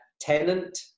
Tenant